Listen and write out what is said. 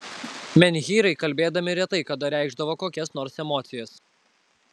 menhyrai kalbėdami retai kada reikšdavo kokias nors emocijas